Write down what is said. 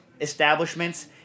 establishments